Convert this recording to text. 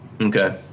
Okay